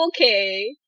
okay